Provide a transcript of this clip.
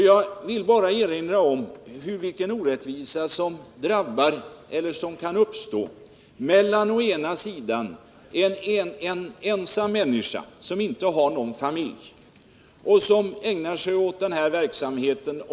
Jag vill bara påpeka den orättvisa som kan uppstå mellan å ena sidan en ensam människa och å andra sidan en familj som ägnar sig åt denna verksamhet.